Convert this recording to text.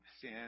sin